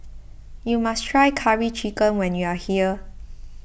you must try Curry Chicken when you are here